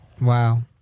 wow